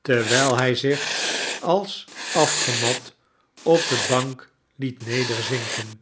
terwijl hij zich als afgemat op de bank liet nederzinken